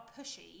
pushy